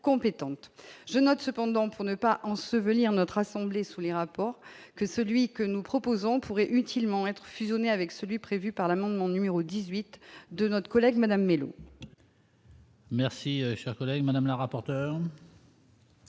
je note cependant pour ne pas ensevelir notre assemblée sous les rapports que celui que nous proposons, pourrait utilement être fusionné avec celui prévu par l'amendement numéro 18 de notre collègue Madame mélo. Merci, cher collègue Madame le rapporteur.